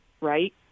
right